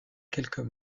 quelques